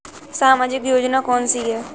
सामाजिक योजना कौन कौन सी हैं?